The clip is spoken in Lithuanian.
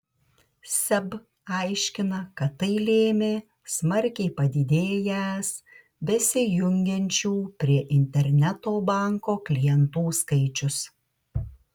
seb aiškina kad tai lėmė smarkiai padidėjęs besijungiančių prie interneto banko klientų skaičius